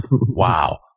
wow